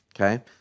Okay